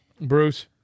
Bruce